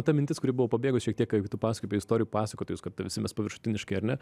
ta mintis kuri buvo pabėgus šiek tiek jeigu tu pasakojai apie istorijų pasakotojus kad visi mes paviršutiniški ar ne